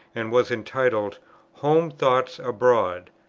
and was entitled home thoughts abroad.